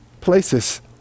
places